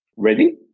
Ready